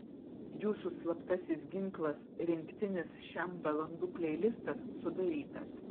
jūsų slaptasis ginklas rinktinis šem valandų pleilistas sudarytas